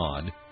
God